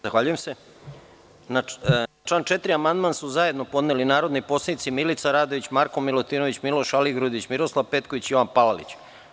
Na član 4. amandman su zajedno podneli narodni poslanici Milica Radović, Marko Milutinović, Miloš Aligrudić, Miroslav Petković, Jovan Palalić.